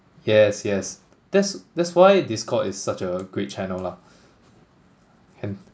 yes yes that's that's why discord is such a great channel lah and